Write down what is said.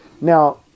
Now